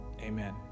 amen